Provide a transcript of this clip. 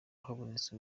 habonetse